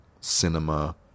cinema